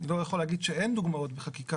לא יכול להגיד שאין דוגמאות בחקיקה